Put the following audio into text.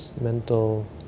mental